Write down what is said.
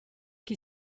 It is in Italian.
chi